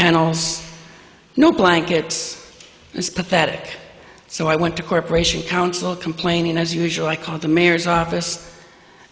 kennels no blankets is pathetic so i went to corp council complaining as usual i called the mayor's office